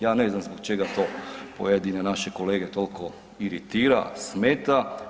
Ja ne znam zbog čega to pojedine naše kolege tolko iritira, smeta.